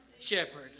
shepherd